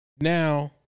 now